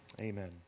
Amen